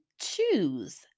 choose